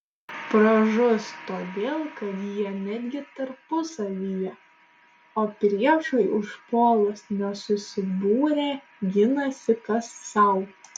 pražus todėl kad jie netgi tarpusavyje o priešui užpuolus nesusibūrę ginasi kas sau